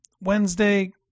Wednesday